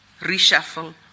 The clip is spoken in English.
reshuffle